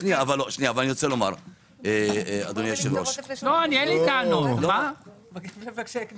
אדוני היושב-ראש, השר שלנו